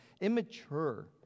immature